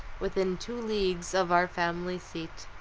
within two leagues of our family seat.